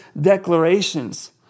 declarations